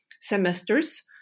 semesters